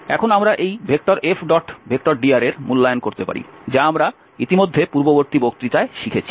এবং এখন আমরা এই F⋅dr এর মূল্যায়ন করতে পারি যা আমরা ইতিমধ্যে পূর্ববর্তী বক্তৃতায় শিখেছি